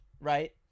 Right